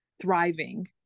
thriving